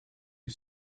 who